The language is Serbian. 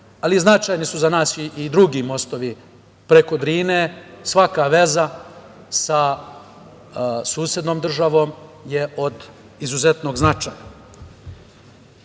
ali značajni su za nas i drugi mostovi preko Drine. Svaka veza sa susednom državom je od izuzetnog značaja. Još